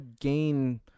gain